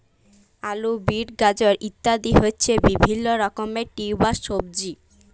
আলু, বিট, গাজর ইত্যাদি হচ্ছে বিভিল্য রকমের টিউবার সবজি